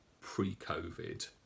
pre-COVID